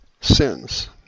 sins